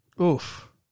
oof